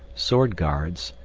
sword guards,